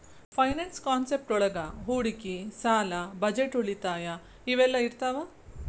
finance concept ಒಳಗ ಹೂಡಿಕಿ ಸಾಲ ಬಜೆಟ್ ಉಳಿತಾಯ ಇವೆಲ್ಲ ಇರ್ತಾವ